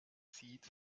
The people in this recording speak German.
zieht